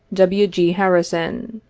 w. g. harrison.